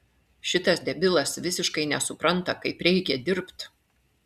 šitas debilas visiškai nesupranta kaip reikia dirbt